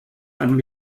einem